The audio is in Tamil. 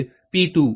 5 3